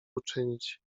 uczynić